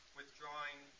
withdrawing